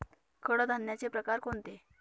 कडधान्याचे प्रकार कोणते?